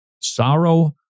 Sorrow